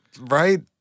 Right